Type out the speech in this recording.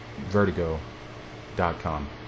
vertigo.com